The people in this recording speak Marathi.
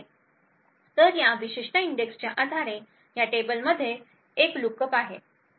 तर या विशिष्ट इंडेक्सच्या आधारे या टेबल मध्ये एक लुकअप आहे